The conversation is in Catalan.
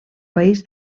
país